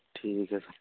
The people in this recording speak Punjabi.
ਠੀਕ ਹੈ ਸਰ